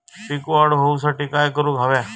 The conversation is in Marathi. पीक वाढ होऊसाठी काय करूक हव्या?